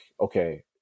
okay